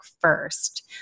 first